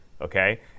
okay